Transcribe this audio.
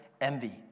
envy